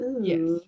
Yes